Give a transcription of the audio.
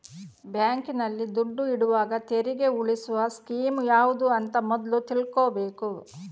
ಬ್ಯಾಂಕಿನಲ್ಲಿ ದುಡ್ಡು ಇಡುವಾಗ ತೆರಿಗೆ ಉಳಿಸುವ ಸ್ಕೀಮ್ ಯಾವ್ದು ಅಂತ ಮೊದ್ಲು ತಿಳ್ಕೊಬೇಕು